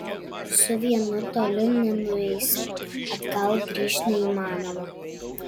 su vienu toli nenueisi atgal grįžt neįmanoma